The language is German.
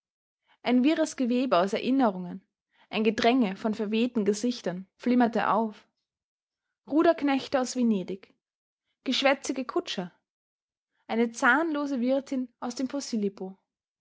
ein wirres gewebe aus erinnerungen ein gedränge von verwehten gesichtern flimmerte auf ruderknechte aus venedig geschwätzige kutscher eine zahnlose wirtin aus dem